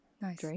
nice